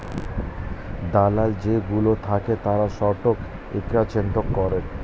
দালাল যেই গুলো থাকে তারা স্টক এক্সচেঞ্জ করে